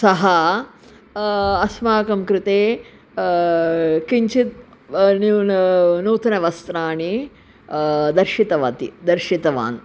सः अस्माकं कृते किञ्चित् न्यूनं नूतनवस्त्राणि दर्शितवती दर्शितवान्